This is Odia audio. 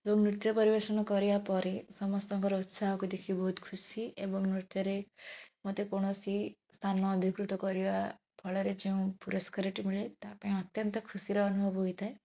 ଯେଉଁ ନୃତ୍ୟ ପରିବେଷଣ କରିବା ପରେ ସମସ୍ତଙ୍କର ଉତ୍ସାହକୁ ଦେଖି ବହୁତ ଖୁସି ଏବଂ ନୃତ୍ୟରେ ମୋତେ କୌଣସି ସ୍ଥାନ ଅଧିକୃତ କରିବା ଫଳରେ ଯେଉଁ ପୁରସ୍କାରଟି ମିଳେ ତା'ପାଇଁ ଅତ୍ୟନ୍ତ ଖୁସିର ଅନୁଭବ ହୋଇଥାଏ